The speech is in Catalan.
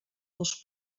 dels